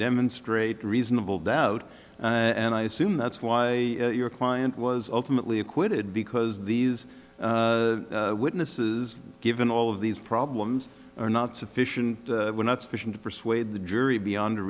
demonstrate reasonable doubt and i assume that's why your client was ultimately acquitted because these witnesses given all of these problems are not sufficient were not sufficient to persuade the jury beyond a